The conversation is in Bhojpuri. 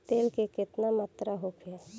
तेल के केतना मात्रा होखे?